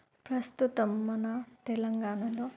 ప్రస్తుతం మన తెలంగాణలో